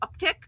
uptick